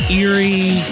eerie